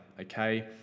okay